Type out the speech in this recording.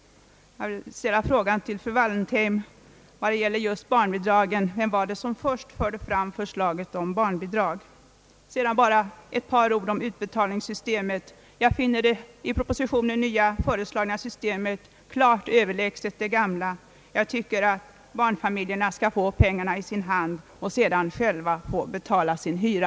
Jag vill när det just gäller barnbidragen ställa frågan till fru Wallentheim: Vilka var det som först lade fram förslaget om barnbidrag? Beträffande utbetalningssystemet vill jag säga, att jag finner det i propositionen föreslagna systemet klart överlägset det gamla. Jag tycker att barnfamiljerna bör få pengarna i sin hand och sedan själva betala sin hyra.